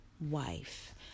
wife